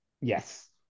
Yes